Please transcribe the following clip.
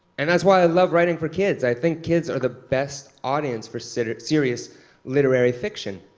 and that's why i love writing for kids. i think kids are the best audience for serious serious literary fiction.